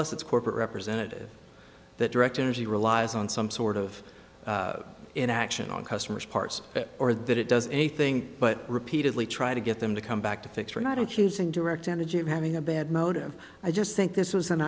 less its corporate representative that direct energy relies on some sort of inaction on customers parts or that it does anything but repeatedly try to get them to come back to fix for not using direct energy or having a bad motive i just think this was an